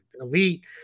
elite